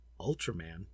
Ultraman